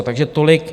Takže tolik.